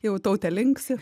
jau tautė linksi